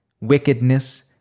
wickedness